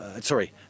Sorry